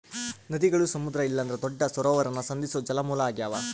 ನದಿಗುಳು ಸಮುದ್ರ ಇಲ್ಲಂದ್ರ ದೊಡ್ಡ ಸರೋವರಾನ ಸಂಧಿಸೋ ಜಲಮೂಲ ಆಗ್ಯಾವ